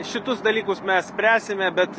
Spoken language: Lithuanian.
šitus dalykus mes spręsime bet